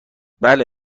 بله